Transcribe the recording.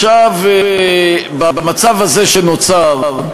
במצב הזה שנוצר,